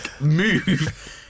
move